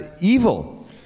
evil